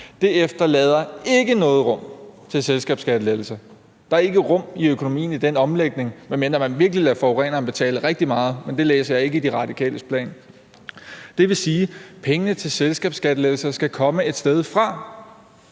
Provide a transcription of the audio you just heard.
Det efterlader ikke noget rum til selskabsskattelettelser. Der er ikke rum i økonomien til den omlægning, medmindre man virkelig lader forureneren betaler rigtig meget, men det læser jeg ikke i De Radikales plan. Det vil sige, at pengene til selskabsskattelettelser skal komme et sted fra.